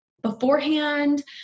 beforehand